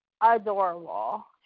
adorable